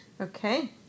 Okay